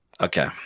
okay